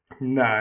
No